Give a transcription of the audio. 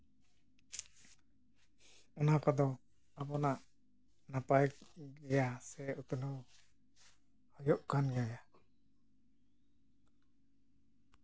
ᱚᱱᱟ ᱠᱚᱫᱚ ᱟᱵᱚᱱᱟᱜ ᱱᱟᱯᱟᱭ ᱜᱮᱭᱟ ᱥᱮ ᱩᱛᱱᱟᱹᱣ ᱦᱳᱭᱳᱜ ᱠᱟᱱ ᱜᱮᱭᱟ